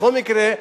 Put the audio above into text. בכל מקרה,